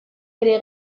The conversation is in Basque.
bere